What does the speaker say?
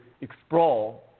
explore